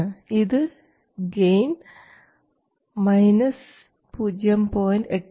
ഇത് ഗെയിൻ 0